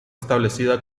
establecida